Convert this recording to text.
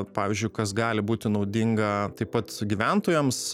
pavyzdžiui kas gali būti naudinga taip pat su gyventojams